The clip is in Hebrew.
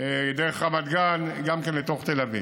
דרך רמת גן גם כן לתוך תל אביב.